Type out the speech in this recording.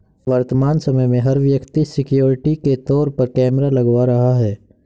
वर्तमान समय में, हर व्यक्ति सिक्योरिटी के तौर पर कैमरा लगवा रहा है